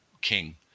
king